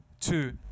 two